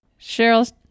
Cheryl